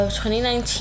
2019